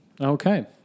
Okay